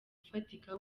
ufatika